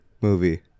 movie